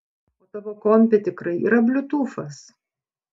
o tavo kompe tikrai yra bliutūfas